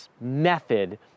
method